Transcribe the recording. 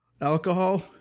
Alcohol